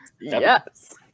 Yes